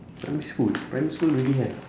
primary school primary school already have